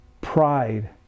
pride